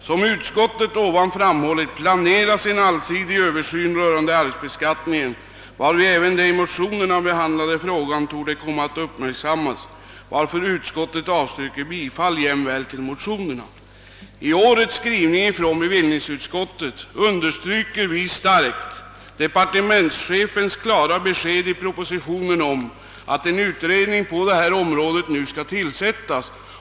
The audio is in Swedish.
Som utskottet ovan framhållit planeras en allsidig översyn rörande arvsbeskattningen, varvid även den i motionerna behandlade frågan torde komma att uppmärksammas, varför utskottet avstyrker bifall jämväl till motionerna.» I årets skrivning understryker bevillningsutskottet starkt att departementschefen i propositionen har lämnat ett klart besked om att en utredning på det här området nu skall tillsättas.